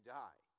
die